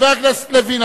חבר הכנסת לוין,